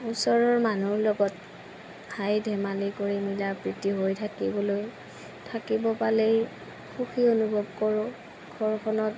ওচৰৰ মানুহৰ লগত হাঁহি ধেমালি কৰি মিলা প্ৰীতি হৈ থাকিবলৈ থাকিব পালেই সুখী অনুভৱ কৰোঁ ঘৰখনত